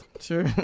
sure